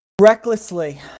Recklessly